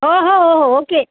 हो हो हो हो ओके